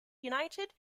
united